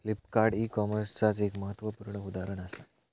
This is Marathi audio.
फ्लिपकार्ड ई कॉमर्सचाच एक महत्वपूर्ण उदाहरण असा